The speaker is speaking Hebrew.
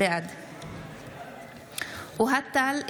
בעד אוהד טל,